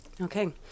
Okay